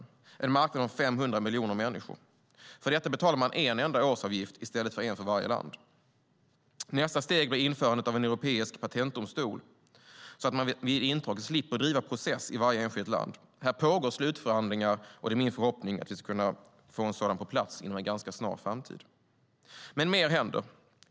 Det är en marknad om 500 miljoner människor. För detta betalar man en enda årsavgift i stället för en för varje land. Nästa steg blir införandet av en europeisk patentdomstol så att man vid intrång slipper driva process i varje enskilt land. Här pågår slutförhandlingar, och det är min förhoppning att vi ska kunna få en sådan domstol på plats inom en snar framtid. Men mer händer.